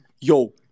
yo